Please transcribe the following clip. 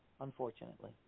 unfortunately